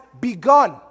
begun